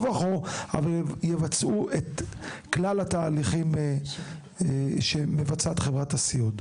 וכה אבל הן יבצעו את כלל התהליכים שמבצעת חברת הסיעוד.